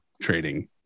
trading